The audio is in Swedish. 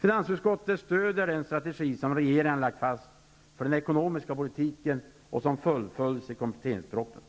Finansutskottet stöder den strategi som regeringen har lagt fast för den ekonomiska politiken och som fullföljs i kompletteringspropositionen.